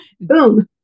Boom